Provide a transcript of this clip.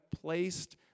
placed